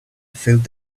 filled